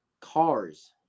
Cars